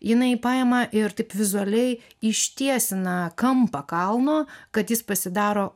jinai paima ir taip vizualiai ištiesina kampą kalno kad jis pasidaro